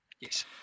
Yes